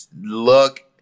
look